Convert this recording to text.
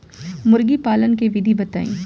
मुर्गीपालन के विधी बताई?